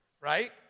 right